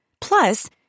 Plus